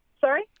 Sorry